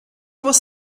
was